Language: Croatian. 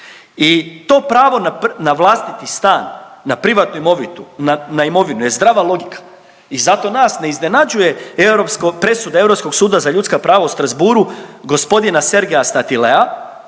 I to pravo na vlastiti stan na privatnu imovinu je zdrava logika i zato nas ne iznenađuje europsko, presuda Europskog suda za ljudska prava u Strasbourgu gospodina Sergeja Statilea